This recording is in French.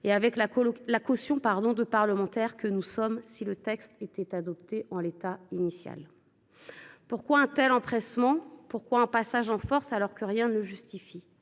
avec la caution des parlementaires que nous sommes si le texte venait à être adopté en l’état. Pourquoi un tel empressement, pourquoi un passage en force, alors que rien ne le justifie ?